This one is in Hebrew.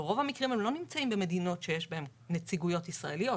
ברוב המקרים הם לא נמצאים במדינות שיש בהן נציגויות ישראליות.